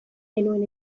genuen